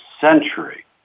century